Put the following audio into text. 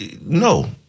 No